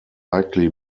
likely